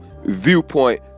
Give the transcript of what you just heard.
Viewpoint